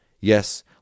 Yes